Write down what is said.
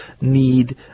need